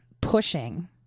pushing